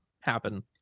happen